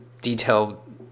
detailed